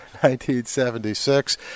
1976